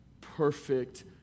perfect